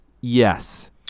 Yes